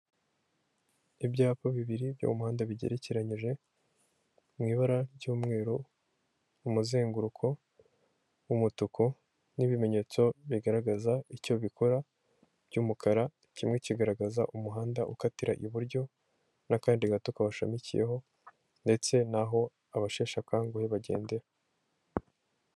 Ibyapa bibiri byo muhanda bigerekeranyije mu ibara ry'umweru, umuzenguruko w'umutuku n'ibimenyetso bigaragaza icyo bikora by'umukara, kimwe kigaragaza umuhanda ukatira iburyo n'akandi gato kawushamikiyeho ndetse n'aho abasheshe akanguhe bagendera.